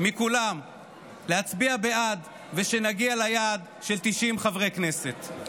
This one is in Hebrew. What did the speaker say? מכולם להצביע בעד, ושנגיע ליעד של 90 חברי כנסת.